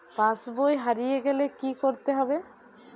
পাশবই হারিয়ে গেলে কি করতে হবে?